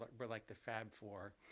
but we're like the fab four